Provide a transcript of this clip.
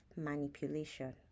manipulation